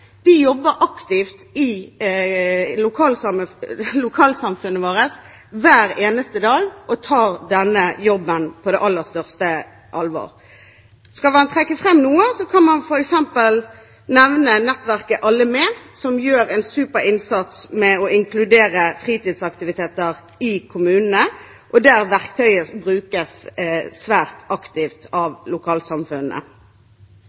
De jobber aktivt i lokalsamfunnene våre, hver eneste dag, og tar denne jobben på aller største alvor. Skal man trekke fram noe, kan man f.eks. nevne nettverket ALLEMED, som gjør en super innsats med å inkludere fritidsaktiviteter i kommunene, og der verktøyet brukes svært aktivt